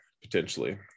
potentially